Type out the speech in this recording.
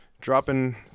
dropping